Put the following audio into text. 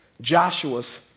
Joshua's